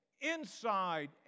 inside